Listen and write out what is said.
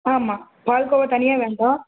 ஆமாம் பால்கோவா தனியாக வேண்டாம்